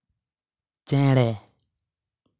ᱪᱮᱬᱮ